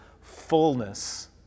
fullness